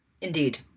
indeed